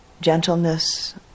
gentleness